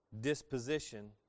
disposition